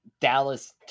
Dallas